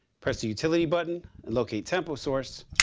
press the utility button and locate tempo source,